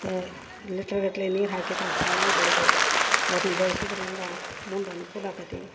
ತ ಲೀಟರ್ಗಟ್ಟಲೆ ನೀರು ಹಾಕಿದರೆ ಚೆನ್ನಾಗ್ ಬೆಳಿತವು ಅದ್ರನ್ನ ಬೆಳ್ಸುದರಿಂದ ಮುಂದೆ ಅನುಕೂಲ ಆಕತಿ